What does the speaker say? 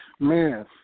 Man